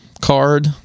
card